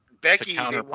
Becky